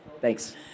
Thanks